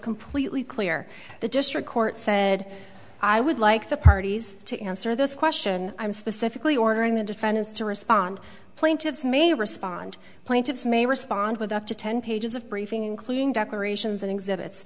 completely clear the district court said i would like the parties to answer this question i'm specifically ordering the defendants to respond plaintiffs may respond plaintiffs may respond with up to ten pages of briefing including declarations and exhibits